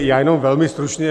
Já jenom velmi stručně.